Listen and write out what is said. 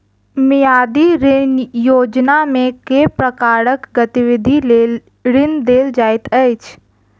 मियादी ऋण योजनामे केँ प्रकारक गतिविधि लेल ऋण देल जाइत अछि